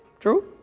true.